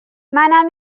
منم